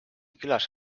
külas